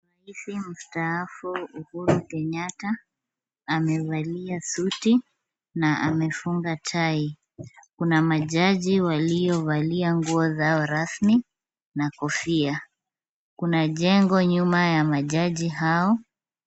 Rais mstaafu Uhuru Kenyatta, amevalia suti na amefunga tai. Kuna ma judge waliovalia nguo zao rasmi, na kofia. Kuna jengo nyuma ya ma judge hao.